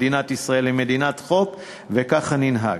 מדינת ישראל היא מדינת חוק, וככה ננהג.